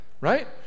Right